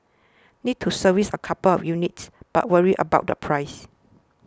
need to service a couple of units but worried about the price